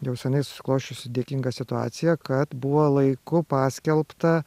jau seniai susiklosčiusi dėkinga situacija kad buvo laiku paskelbta